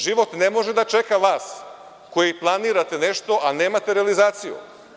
Život ne može da čeka vas koji planirate nešto, a nemate realizaciju.